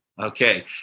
Okay